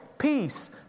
Peace